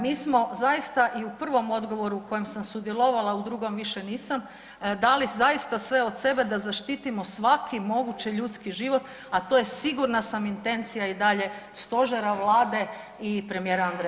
Mi smo zaista i u prvom odgovoru u kojem sam sudjelovala, u drugom više nisam, dali zaista sve od sebe da zaštitimo svaki mogući ljudski život, a to je sigurna sam intencija i dalje stožera, Vlade i premijera Andreja Plenkovića.